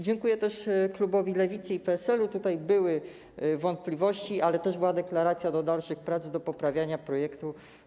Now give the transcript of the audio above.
Dziękuję też klubowi Lewicy i PSL-u, tutaj były wątpliwości, ale też była deklaracja do dalszych prac, do poprawiania projektu.